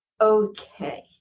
okay